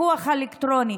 הפיקוח האלקטרוני,